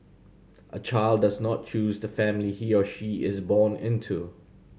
a child does not choose the family he or she is born into